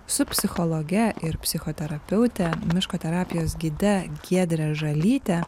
su psichologe ir psichoterapeute miško terapijos gide giedre žalyte